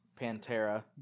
Pantera